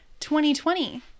2020